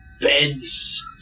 beds